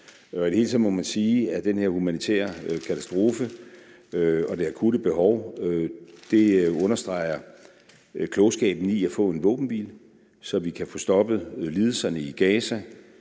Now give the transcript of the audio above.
I det hele taget må man sige, at den her humanitære katastrofe og det akutte behov understreger klogskaben i at få en våbenhvile, så vi kan få stoppet lidelserne i Gaza,